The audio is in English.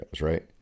right